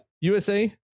USA